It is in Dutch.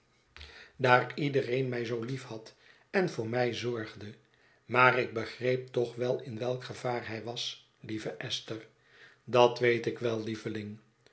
daar iedereen mij zoo liefhad en voor mij zorgde maar ik begreep toch wel in welk gevaar hij was lieve esther dat weet ik wel lieveling